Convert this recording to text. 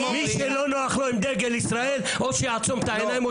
מי שלא נוח לו עם דגל ישראל שיעצום את העיניים.